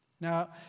Now